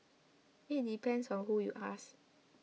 it depends on who you ask